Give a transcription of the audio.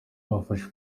bafashe